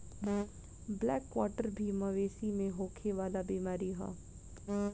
black quarter भी मवेशी में होखे वाला बीमारी ह